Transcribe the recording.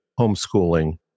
homeschooling